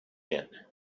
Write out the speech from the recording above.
din